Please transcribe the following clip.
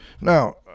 Now